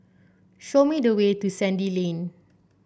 show me the way to Sandy Lane